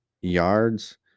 yards